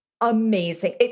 amazing